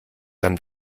dann